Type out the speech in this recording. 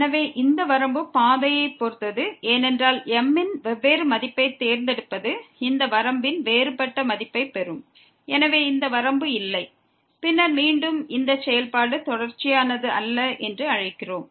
எனவே இந்த வரம்பு பாதையைப் பொறுத்தது ஏனென்றால் m இன் வெவ்வேறு மதிப்பைத் தேர்ந்தெடுப்பது இந்த வரம்பின் வேறுபட்ட மதிப்பைப் பெறும் எனவே இந்த வரம்பு இல்லை பின்னர் மீண்டும் இந்த செயல்பாடு தொடர்ச்சியானது அல்ல என்று அழைக்கிறோம்